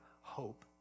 hope